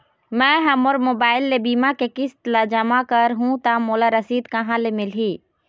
मैं हा मोर मोबाइल ले बीमा के किस्त ला जमा कर हु ता मोला रसीद कहां ले मिल ही?